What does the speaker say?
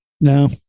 no